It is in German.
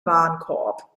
warenkorb